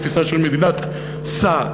תפיסה של מדינת סעד.